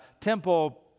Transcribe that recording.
temple